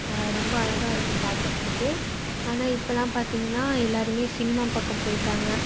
ரொம்ப அழகாயிருக்கும் பார்க்குறத்துக்கு ஆனால் இப்பலாம் பார்த்தீங்கன்னா எல்லாருமே சினிமா பக்கம் போய்ட்டாங்க